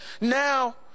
Now